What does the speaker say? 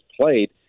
played